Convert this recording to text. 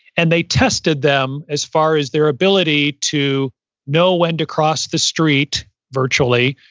and they tested them as far as their ability to know when to cross the street virtually,